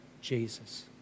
Jesus